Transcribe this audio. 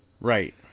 Right